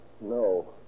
No